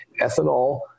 ethanol